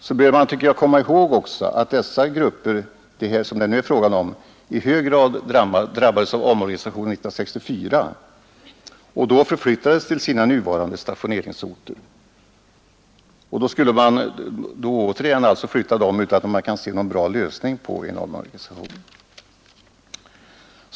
Man bör också komma ihåg”att de grupper som det är fråga om i hög grad drabbades av omorganisationen 1964 och då förflyttades till sina nuvarande stationeringsorter. Då skulle de återigen få flytta utan att man kan se någon bra lösning i vad gäller omorganisationen.